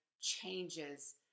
changes